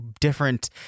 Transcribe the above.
different